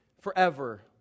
forever